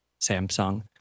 Samsung